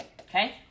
okay